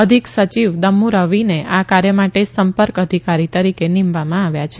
અધિક સચિવ દમ્મુ રવિને આ કાર્ય માટે સંપર્ક અધિકારી તરીકે નિમવામાં આવ્યા છે